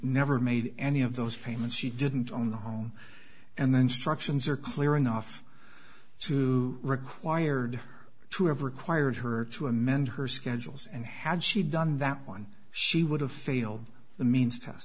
never made any of those payments she didn't own the home and then structures are clear enough to required to have required her to amend her schedules and had she done that one she would have failed the means t